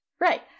Right